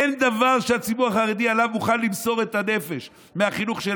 אין דבר שהציבור החרדי מוכן למסור עליו את הנפש יותר מהחינוך של